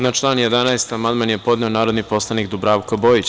Na član 11. amandman je podneo narodni poslanik Dubravko Bojić.